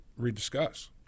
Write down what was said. rediscuss